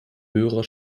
höherer